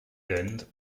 fynd